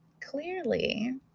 clearly